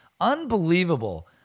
Unbelievable